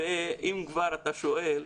ואם כבר אתה שואל,